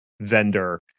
vendor